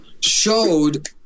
showed